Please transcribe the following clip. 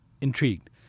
intrigued